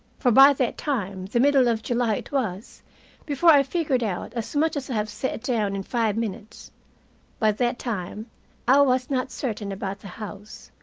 for by that time the middle of july it was before i figured out as much as i have set down in five minutes by that time i was not certain about the house.